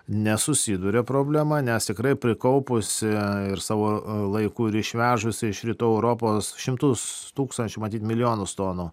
nesusiduria problema nes tikrai prikaupusi ir savo laiku ir išvežusi iš rytų europos šimtus tūkstančių matyt milijonus tonų